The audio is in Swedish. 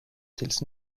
tills